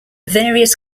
various